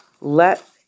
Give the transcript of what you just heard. Let